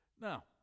Now